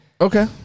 Okay